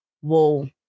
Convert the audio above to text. whoa